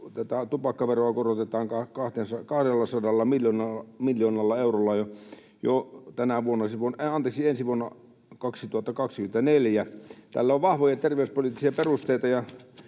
että tupakkaveroa korotetaan 200 miljoonalla eurolla ensi vuonna 2024. Tälle on vahvoja terveyspoliittisia perusteita,